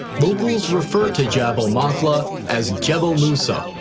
locals refer to jabal maqla as jabal musa,